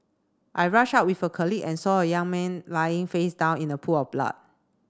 I rushed out with a colleague and saw a young man lying face down in a pool of blood